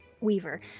weaver